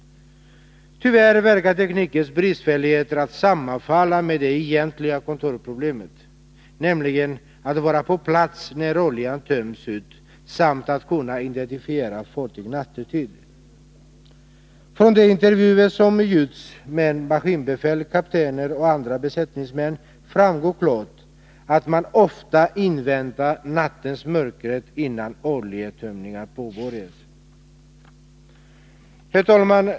Tyvärr verkar teknikens bristfälligheter att sammanfalla med det egentliga kontrollproblemet, nämligen att vara på plats när olja töms ut samt att kunna identifiera fartyg nattetid. Från de intervjuer som gjorts med maskinbefäl, kaptener och andra besättningsmän framgår klart att man ofta inväntar nattens mörker innan oljeuttömningar påbörjas. Herr talman!